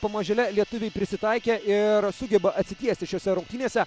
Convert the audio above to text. pamažėle lietuviai prisitaikė ir sugeba atsitiesti šiose rungtynėse